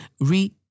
re